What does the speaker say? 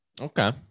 Okay